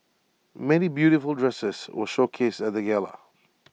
many beautiful dresses were showcased at the gala